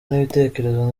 n’ibitekerezo